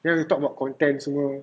you have to talk about contents semua